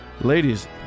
Ladies